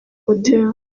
hotel